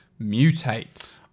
Mutate